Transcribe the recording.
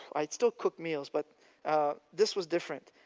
i still cook meals but this was different.